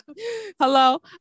hello